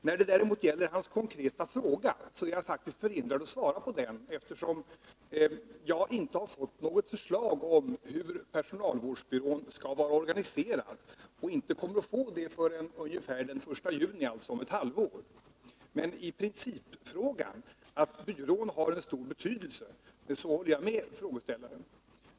När det däremot gäller Olle Göranssons fråga är jag faktiskt förhindrad att svara, eftersom jag inte har fått något förslag om hur personalvårdsbyrån skall vara organiserad — och inte kommer att få det förrän omkring den 1 juni, alltså om ett halvår. Men i principfrågan, att byrån har stor betydelse, håller jag med frågeställaren.